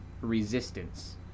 Resistance